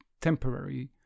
temporary